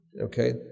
Okay